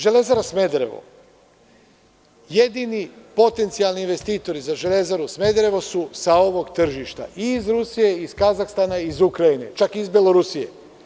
Železara“ Smederevo, jedini potencijalni investitori za „Železaru“ Smederevo su sa ovog tržišta i iz Rusije, Kazahstana, Ukrajine, čak i iz Belorusije.